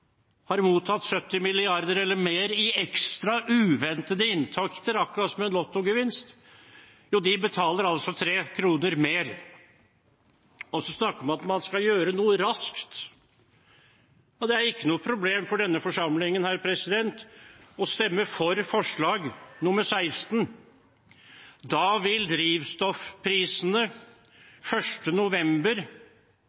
har mottatt 70 mrd. kr eller mer i ekstra, uventede inntekter – akkurat som en lottogevinst? Jo, de betaler altså 3 kr mer per liter. Så snakker man om at det skal gjøres noe raskt. Det er ikke noe problem for denne forsamlingen å stemme for forslag nr. 16. Da vil drivstoffprisene